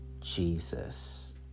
jesus